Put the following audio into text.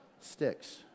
sticks